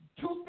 two